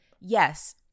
yes